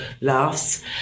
laughs